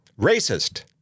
racist